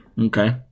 Okay